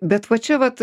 bet va čia vat